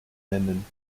nennen